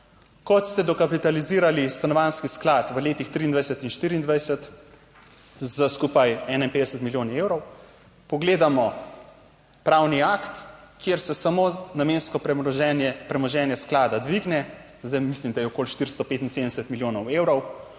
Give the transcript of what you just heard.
Kot ste dokapitalizirali Stanovanjski sklad v letih 2023 in 2024 s skupaj 51 milijonov evrov, pogledamo pravni akt, kjer se samo namensko premoženje, premoženje sklada dvigne, zdaj mislim, da je okoli 475 milijonov evrov.